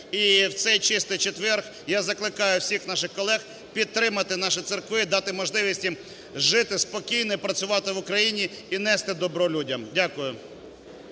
і в цей Чистий четвер я закликаю всіх наших колег підтримати наші церкви і дати можливість їм жити спокійно і працювати в Україні, і нести добро людям. Дякую.